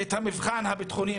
את המבחן הביטחוני,